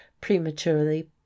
prematurely